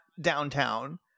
downtown